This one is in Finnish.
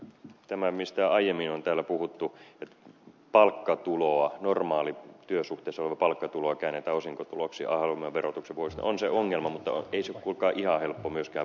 tämä mistä aiemmin on täällä puhuttu että palkkatuloa normaalissa työsuhteessa syntyvää palkkatuloa käännetään osinkotuloksi halvemman verotuksen vuoksi on se ongelma mutta ei se ole kuulkaa ihan helppo myöskään poistaa